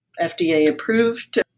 FDA-approved